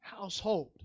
household